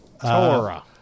Torah